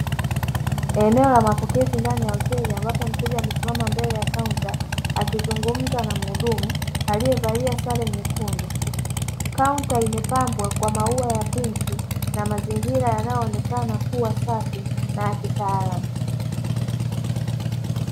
Eneo la mapokezi ndani ya hoteli ambapo mteja amesimama mbele ya kaunta, akizungumza na muhudumu aliyevalia sare nyekundu. Kaunta imepambwa kwa maua ya pinki na mazingira yanayoonekana kuwa safi na ya kitaalamu.